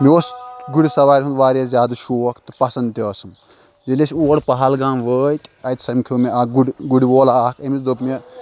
مےٚ اوس گُرۍ سَوارِ ہُںٛد واریاہ زیادٕ شوق تہٕ پَسنٛد تِہ ٲسم ییٚلہِ أسۍ اور پَہلگام وٲتۍ اَتِہ سَمکھیٚو مےٚ اکھ گُر گُر وول اَکھ أمِس دوٚپ مےٚ